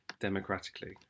democratically